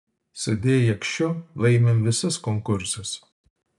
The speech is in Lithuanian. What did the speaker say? su d jakšiu laimim visus konkursus